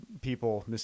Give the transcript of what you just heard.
people